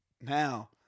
Now